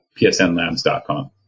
psnlabs.com